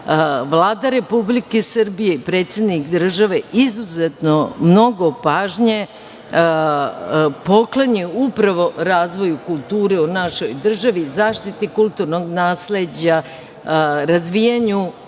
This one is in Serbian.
Vlada Republike Srbije i predsednik države izuzeto mnogo pažnje poklanjaju upravu razvoju kulture u našoj državi, zaštiti kulturnog nasleđa, razvijanju